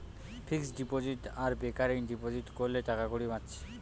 fixed deposit আর recurring deposit কোরলে টাকাকড়ি বাঁচছে